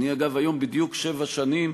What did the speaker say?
אגב, היום בדיוק שבע שנים